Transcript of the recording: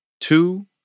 two